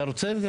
אתה רוצה?